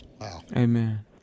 amen